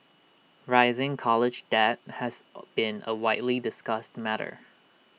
rising college debt has been A widely discussed matter